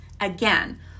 again